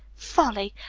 folly!